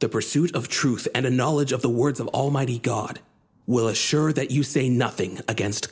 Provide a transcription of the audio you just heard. the pursuit of truth and a knowledge of the words of almighty god will assure that you say nothing against